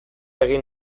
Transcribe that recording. egin